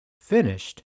finished